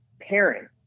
parent